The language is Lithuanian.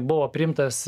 buvo priimtas